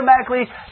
automatically